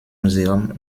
museum